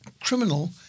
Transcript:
criminal